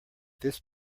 this